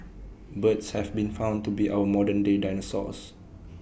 birds have been found to be our modern day dinosaurs